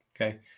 Okay